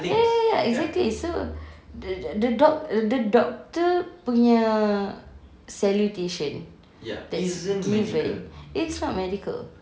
ya ya ya ya exactly so the the the doctor punya salutation that's given it's not medical